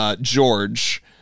George